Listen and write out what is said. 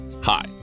Hi